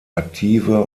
aktive